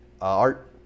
Art